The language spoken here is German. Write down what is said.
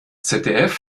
zdf